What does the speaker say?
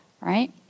right